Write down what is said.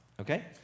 okay